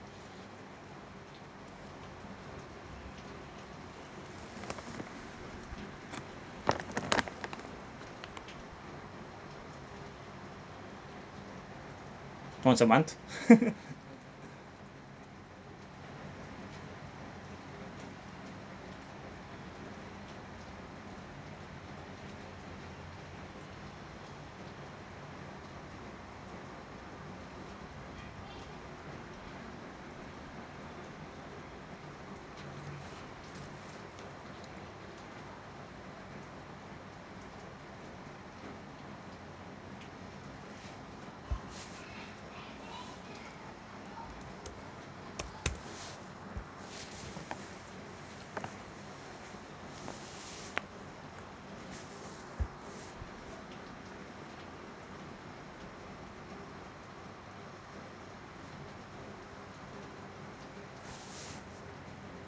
once a month